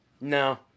No